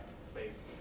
space